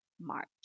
march